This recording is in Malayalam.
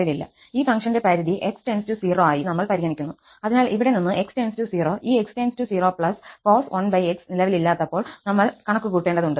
ഈ ഫംഗ്ഷന്റെ പരിധി x → 0 ആയി നമ്മൾ പരിഗണിക്കുന്നു അതിനാൽ ഇവിടെ നിന്ന് x → 0 ഈ x → 0 cos 1 x നിലവിലില്ലാത്തപ്പോൾ നമ്മൾ കണക്കുകൂട്ടേണ്ടതുണ്ട്